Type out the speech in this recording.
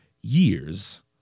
years